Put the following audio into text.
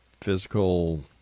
physical